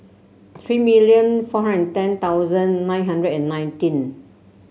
three million four hundred ten thousand nine hundred and nineteen